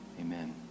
Amen